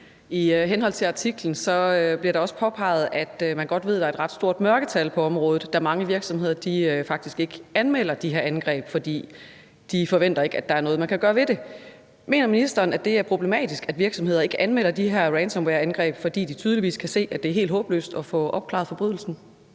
Tak for det. I artiklen bliver det også påpeget, at man godt ved, at der er et ret stort mørketal på området, da mange virksomheder faktisk ikke anmelder de her angreb, fordi de ikke forventer, at der er noget, man kan gøre ved det. Mener ministeren, at det er problematisk, at virksomheder ikke anmelder de her ransomwareangreb, fordi de tydeligvis kan se, at det er helt håbløst at få opklaret forbrydelsen?